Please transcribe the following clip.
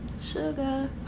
sugar